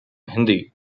hindi